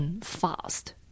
fast